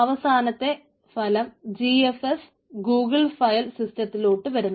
അവസാനത്തെ ഫലം GFS Google file സിസ്റ്റത്തിലോട്ടു വരുന്നു